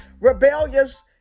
rebellious